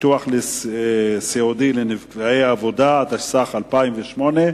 (ביטוח סיעודי לנפגעי עבודה), התשס"ח 2008,